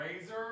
razor